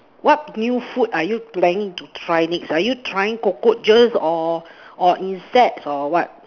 what new food are you planning to try next are you trying cockroaches or or insects or what